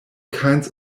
kinds